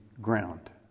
ground